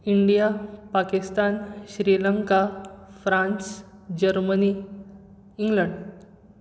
India Pakistan Sri Lanka France Germany England